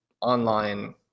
online